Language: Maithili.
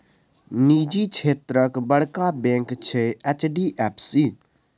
निजी क्षेत्रक बड़का बैंक छै एच.डी.एफ.सी